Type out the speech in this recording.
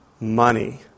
money